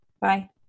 Bye